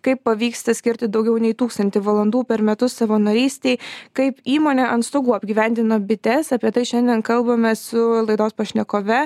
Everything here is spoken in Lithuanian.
kaip pavyksta skirti daugiau nei tūkstantį valandų per metus savanorystei kaip įmonė ant stogų apgyvendino bites apie tai šiandien kalbamės su laidos pašnekove